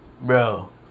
bro